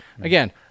again